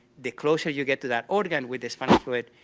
the closer you get to that organ with the spinal fluid,